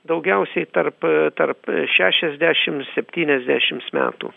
daugiausiai tarp tarp šešiasdešim septyniasdešims metų